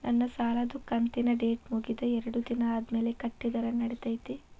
ನನ್ನ ಸಾಲದು ಕಂತಿನ ಡೇಟ್ ಮುಗಿದ ಎರಡು ದಿನ ಆದ್ಮೇಲೆ ಕಟ್ಟಿದರ ನಡಿತೈತಿ?